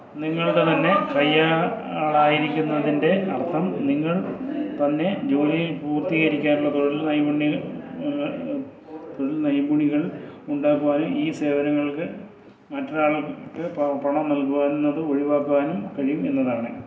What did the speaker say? നിങ്ങൾടെ തന്നെ കയ്യാളായിരിക്കുന്നതിൻ്റെ അർത്ഥം നിങ്ങൾ തന്നെ ജോലിയിൽ പൂർത്തീകരിക്കാനുള്ള തൊഴിൽ നൈപുണി തൊഴിൽ നൈപുണികൾ ഉണ്ടാക്കുവാനും ഈ സേവനങ്ങൾക്ക് മറ്റൊരാൾക്ക് പണം നൽകുന്നത് ഒഴിവാക്കാനും കഴിയും എന്നതാണ്